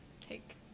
take